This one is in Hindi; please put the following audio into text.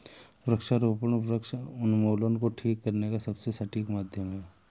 वृक्षारोपण वृक्ष उन्मूलन को ठीक करने का सबसे सटीक माध्यम है